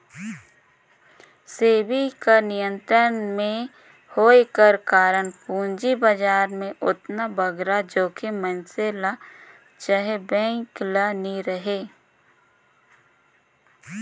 सेबी कर नियंत्रन में होए कर कारन पूंजी बजार में ओतना बगरा जोखिम मइनसे ल चहे बेंक ल नी रहें